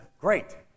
great